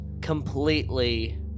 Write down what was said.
completely